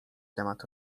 temat